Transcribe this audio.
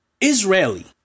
Israeli